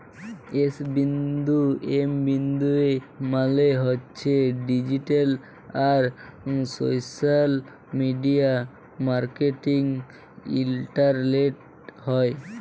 S বিন্দু M বিন্দু E মালে হছে ডিজিট্যাল আর সশ্যাল মিডিয়া মার্কেটিং ইলটারলেটে হ্যয়